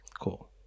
Cool